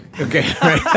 Okay